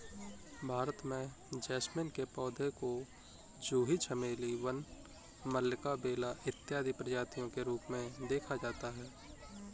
भारत में जैस्मीन के पौधे को जूही चमेली वन मल्लिका बेला इत्यादि प्रजातियों के रूप में देखा जाता है